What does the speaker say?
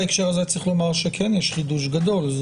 יש חידוש גדול.